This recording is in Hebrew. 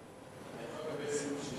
אני יכול לקבל סיבוב שלישי,